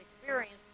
experience